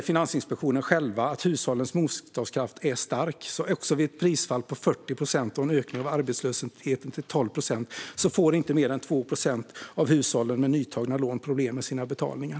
Finansinspektionen säger själv att hushållens motståndskraft är stark. Vid ett prisfall på 40 procent och en ökning av arbetslösheten på 12 procent får inte mer än 2 procent av hushållen med nytagna lån problem med sina betalningar.